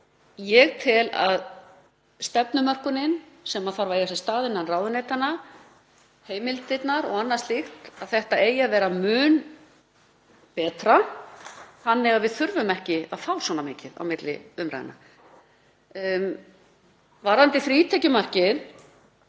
Ég tel að stefnumörkunin sem þarf að eiga sér stað innan ráðuneytanna, heimildirnar og annað slíkt — að þetta eigi að vera mun betra þannig að við þurfum ekki að fá svona mikið á milli umræðna. Varðandi frítekjumarkið: